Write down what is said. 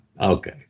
Okay